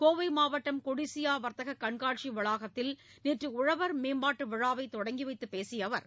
கோவை மாவட்டம் கொடிசியா வர்த்தக கண்காட்சி வளாகத்தில் நேற்று உழவர் மேம்பாட்டு விழாவை தொடங்கி வைத்துப் பேசிய அவர்